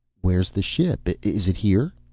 where is the ship? is it here?